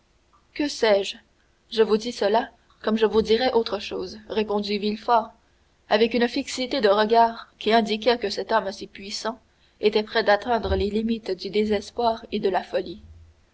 que sais-je je vous dis cela comme je vous dirais autre chose répondit villefort avec une fixité de regard qui indiquait que cet homme si puissant était près d'atteindre les limites du désespoir et de la folie